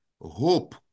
hope